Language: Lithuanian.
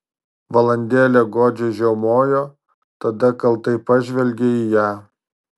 valandėlę godžiai žiaumojo tada kaltai pažvelgė į ją